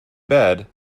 bed